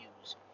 use